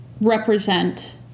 represent